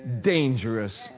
dangerous